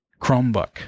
Chromebook